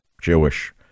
Jewish